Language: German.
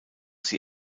sie